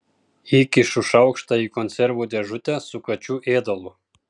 įkišu šaukštą į konservų dėžutę su kačių ėdalu